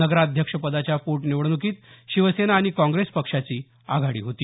नगराध्यक्ष पदाच्या पोटनिवडणुकीत शिवसेना आणि काँग्रेस पक्षाची आघाडी होती